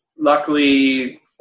luckily